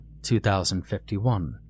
2051